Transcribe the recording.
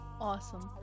awesome